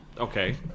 okay